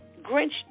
Grinch